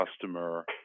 customer